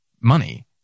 money